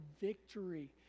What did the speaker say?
victory